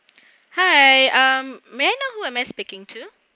hi may I know whom am I speaking to